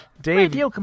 dave